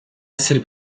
essere